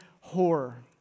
horror